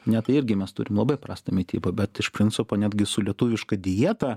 ne tai irgi mes turim labai prastą mitybą bet iš principo netgi su lietuviška dieta